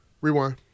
Rewind